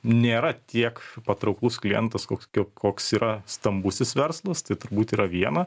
nėra tiek patrauklus klientas koks koks yra stambusis verslas tai turbūt yra viena